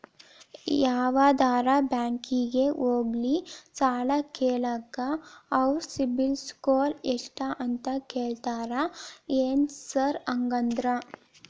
ಯಾವದರಾ ಬ್ಯಾಂಕಿಗೆ ಹೋಗ್ಲಿ ಸಾಲ ಕೇಳಾಕ ಅವ್ರ್ ಸಿಬಿಲ್ ಸ್ಕೋರ್ ಎಷ್ಟ ಅಂತಾ ಕೇಳ್ತಾರ ಏನ್ ಸಾರ್ ಹಂಗಂದ್ರ?